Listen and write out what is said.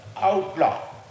outlaw